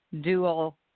dual